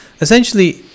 essentially